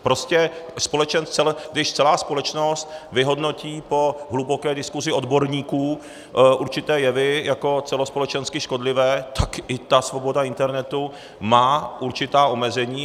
Prostě když celá společnost vyhodnotí po hluboké diskusi odborníků určité jevy jako celospolečensky škodlivé, tak i ta svoboda internetu má určitá omezení.